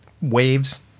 waves